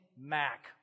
Mac